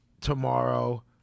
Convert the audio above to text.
tomorrow